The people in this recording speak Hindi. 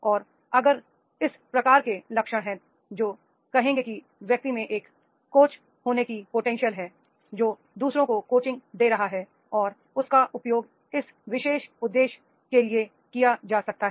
और अगर इस प्रकार के लक्षण हैं जो कहेंगे कि व्यक्ति में एक कोच होने की पोटेंशियल है जो दू सरों को को चिंग दे रहा है और उसका उपयोग इस विशेष उद्देश्य के लिए किया जा सकता है